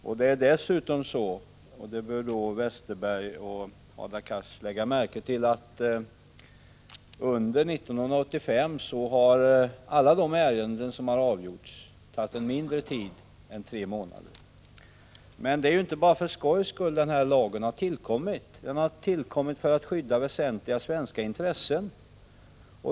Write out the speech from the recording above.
Per Westerberg och Hadar Cars bör dessutom lägga märke till att alla de ärenden som har avgjorts under 1985 har tagit kortare tid än tre månader. Det är inte bara för skojs skull som denna lag har tillkommit, utan den har tillkommit för att skydda väsentliga svenska intressen.